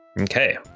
Okay